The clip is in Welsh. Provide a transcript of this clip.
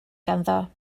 ganddo